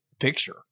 picture